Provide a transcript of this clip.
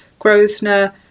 Grosner